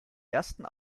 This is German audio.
ersten